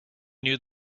knew